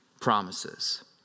promises